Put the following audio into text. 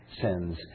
sins